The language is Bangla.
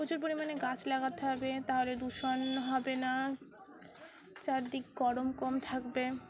প্রচুর পরিমাণে গাছ লাগাতে হবে তাহলে দূষণ হবে না চারদিক গরম কম থাকবে